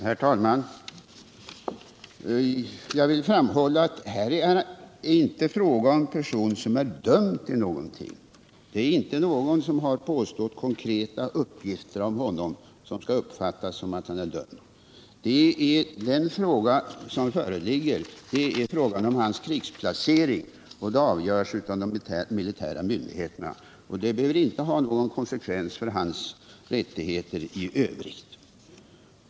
Herr talman! Jag vill framhålla att det här inte är fråga om en person som är dömd till någonting. Ingen har anfört konkreta uppgifter mot honom som kan leda till att han skall uppfattas som dömd. Den fråga som föreligger gäller hans krigsplacering, och den avgörs av de militära myndigheterna. Det behöver inte ha någon konsekvens för hans rättigheter i övrigt.